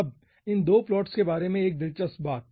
अब इन दो प्लॉट्स के बारे में एक दिलचस्प बात